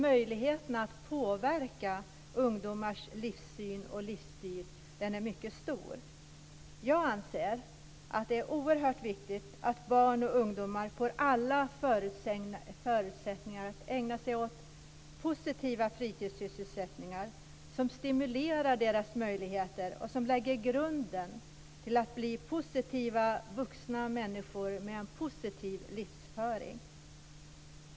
Möjligheten att påverka ungdomars livssyn och livsstil är mycket stor. Jag anser att det är oerhört viktigt att barn och ungdomar får alla förutsättningar att ägna sig åt positiva fritidssysselsättningar som stimulerar deras möjligheter och som lägger grunden för att de ska bli positiva vuxna människor med en positiv livsföring.